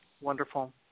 Wonderful